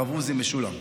הרב עוזי משולם.